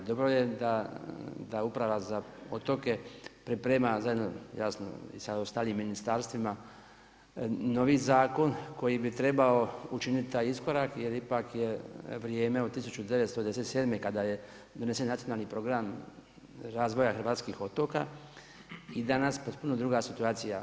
Dobro je da Uprava za otoke priprema zajedno jasno i sa ostalim ministarstvima novi zakon koji bi trebao učiniti taj iskorak, jer ipak je vrijeme od 1997. kada je donesen Nacionalni program razvoja hrvatskih otoka i danas potpuno druga situacija.